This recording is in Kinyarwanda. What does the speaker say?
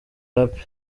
happy